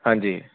ਹਾਂਜੀ